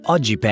Oggi